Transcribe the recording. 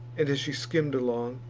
and, as she skimm'd along,